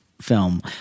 film